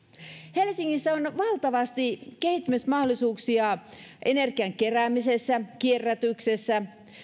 helsingissä on valtavasti kehittämismahdollisuuksia energian keräämisessä ja kierrätyksessä